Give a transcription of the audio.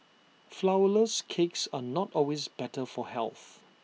Flourless Cakes are not always better for health